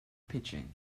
pitching